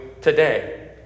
today